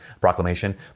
proclamation